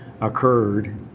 occurred